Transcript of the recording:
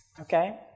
Okay